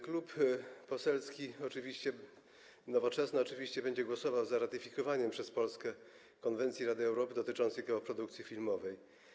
Klub Poselski Nowoczesna oczywiście będzie głosował za ratyfikowaniem przez Polskę konwencji Rady Europy dotyczącej koprodukcji filmowej.